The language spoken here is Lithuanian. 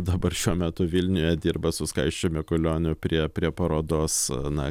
dabar šiuo metu vilniuje dirba su skaisčiu mikulioniu prie prie parodos na